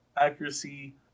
accuracy